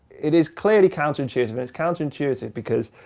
it is clearly counter-intuitive. but it's counter-intuitive because